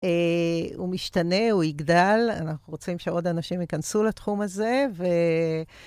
הוא משתנה, הוא יגדל, אנחנו רוצים שעוד אנשים יכנסו לתחום הזה ו...